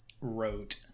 wrote